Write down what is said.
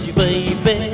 baby